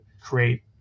create